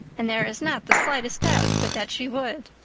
and there is not the slightest doubt but that she would.